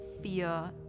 fear